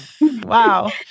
Wow